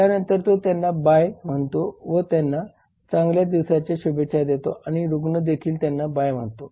त्यानंतर तो त्यांना बाय म्हणतो व त्यांना चांगल्या दिवसाच्या शुभेच्छा देतो आणि रुग्ण देखील त्यांना बाय म्हणतो